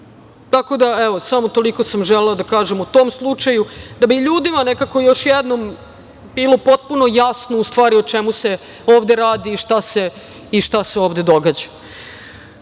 osnaži. Samo toliko sam želela da kažem o tom slučaju da bi ljudima nekako još jednom bilo potpuno jasno u stvari o čemu se ovde radi i šta se ovde događa. Što